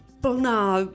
plná